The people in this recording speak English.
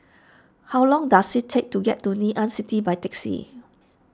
how long does it take to get to Ngee Ann City by taxi